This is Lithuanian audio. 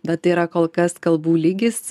bet tai yra kol kas kalbų lygis